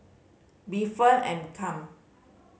be firm and calm